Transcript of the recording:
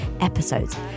episodes